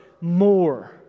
more